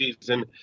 season